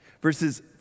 Verses